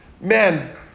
Man